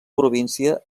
província